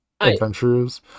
adventures